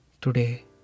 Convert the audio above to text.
Today